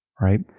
right